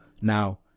Now